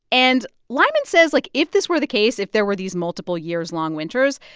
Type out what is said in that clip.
and lyman says, like, if this were the case, if there were these multiple years-long winters,